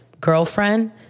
girlfriend